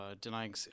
denying